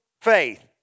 faith